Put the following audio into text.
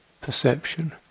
perception